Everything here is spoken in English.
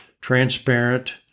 transparent